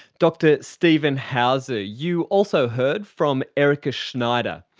dr steven houser. you also heard from erika schneider.